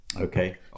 Okay